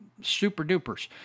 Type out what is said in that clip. super-dupers